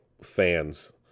fans